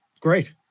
great